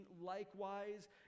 likewise